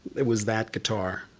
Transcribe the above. it was that guitar.